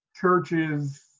churches